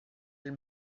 aile